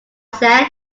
said